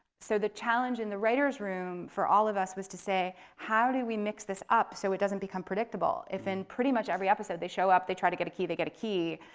so the challenge in the writers room for all of us was to say, how do we mix this up so it doesn't become predictable if in pretty much every episode they show up, they try to get a key, they get the key?